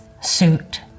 suit